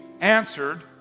answered